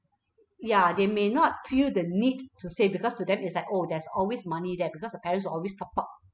ya they may not feel the need to save because to them it's like oh there's always money there because the parents will always top up